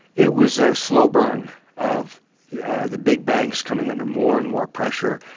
it was a slow burn of yeah the big banks coming under more and more pressure.